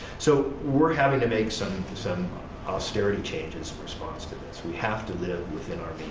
so we're having to make some some austerity changes in response to this. we have to live within our means.